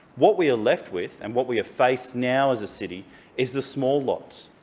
what we left with and what we are faced now as a city is the small lots,